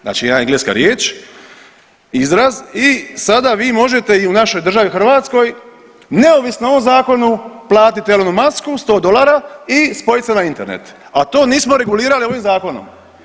Znači jedna engleska riječ, izraz i sada vi možete i u našoj državi Hrvatskoj neovisno o ovom zakonu platiti Elonu Musku sto dolara i spojit se na internet, a to nismo regulirali ovim zakonom.